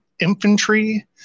Infantry